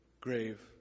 grave